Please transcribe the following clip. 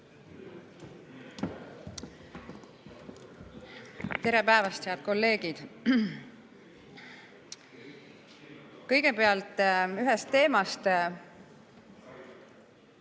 Tere päevast, head kolleegid! Kõigepealt ühest teemast ...